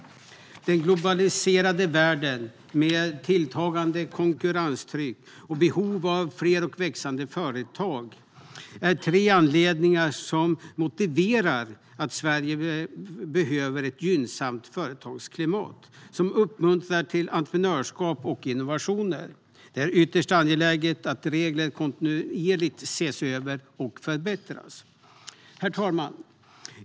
Den globaliserade världen med tilltagande konkurrenstryck och behov av fler och växande företag är tre anledningar som motiverar att Sverige behöver ett gynnsamt företagsklimat som uppmuntrar till entreprenörskap och innovationer. Det är ytterst angeläget att regler kontinuerligt ses över och förbättras. Herr talman!